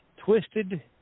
twisted